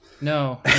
No